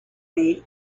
made